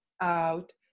out